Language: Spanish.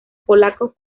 polacos